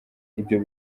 ibyo